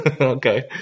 Okay